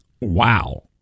wow